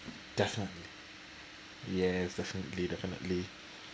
mm definitely yes definitely definitely